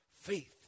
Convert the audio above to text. faith